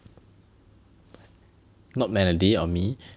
not Melody or me